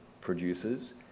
producers